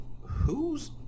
Who's